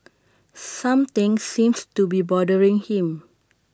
something seems to be bothering him